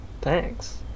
Thanks